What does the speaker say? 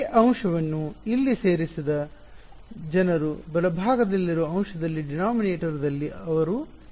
ಈ ಅಂಶವನ್ನು ಇಲ್ಲಿ ಸೇರಿಸದ ಜನರು ಬಲಭಾಗದಲ್ಲಿರುವ ಅಂಶದಲ್ಲಿ ಡಿನಾಮಿನೇಟರ್ ದಲ್ಲಿ ಅವರು ಸೇರಿಸಿದ್ದಾರೆ